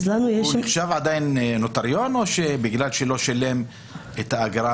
הוא נחשב עדיין נוטריון או בגלל שהוא לא שילם את האגרה